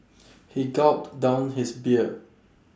he gulped down his beer